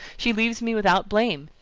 she leaves me without blame,